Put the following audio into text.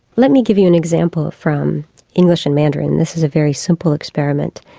let me give you an example from english and mandarin, this is a very simple experiment.